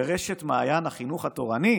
ורשת מעיין החינוך התורני,